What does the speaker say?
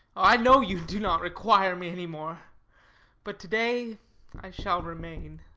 i know you do not require me any more but to-day i shall remain.